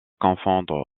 confondre